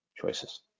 choices